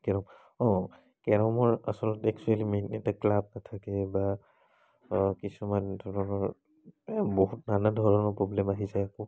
carrom অ' কেৰমৰ আচলতে একচুৱেলি মেইন এটা ক্লাব নাথাকে বা কিছুমান ধৰণৰ এই বহুত নানা ধৰণৰ প্ৰব্লেম আহি যায়